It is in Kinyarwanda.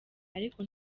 ariko